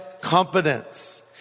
confidence